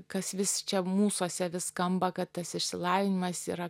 kas vis čia mūsuose vis skamba kad tas išsilavinimas yra